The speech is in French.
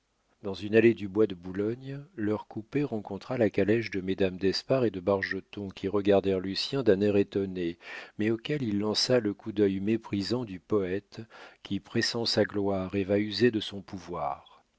dans une allée du bois de boulogne leur coupé rencontra la calèche de mesdames d'espard et de bargeton qui regardèrent lucien d'un air étonné mais auxquelles il lança le coup d'œil méprisant du poète qui pressent sa gloire et va user de son pouvoir